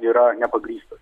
yra nepagrįstas